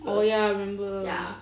oh ya I remember